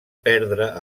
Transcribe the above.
perdre